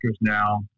now